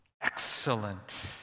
Excellent